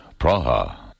Praha